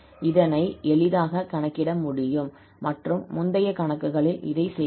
இதனை எளிதாக கணக்கிட முடியும் மற்றும் முந்தைய கணக்குகளில் இதைச் செய்துள்ளோம்